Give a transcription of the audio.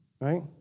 right